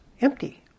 empty